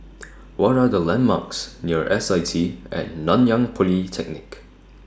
What Are The landmarks near S I T At Nanyang Polytechnic